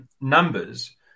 numbers